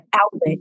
outlet